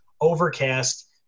Overcast